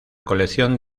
colección